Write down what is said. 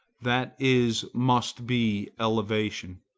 that is, must be elevation.